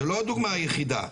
זאת לא הדוגמה היחידה,